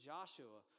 Joshua